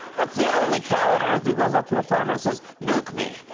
that's the only cow on earth who goes up to a farmer and says, milk me!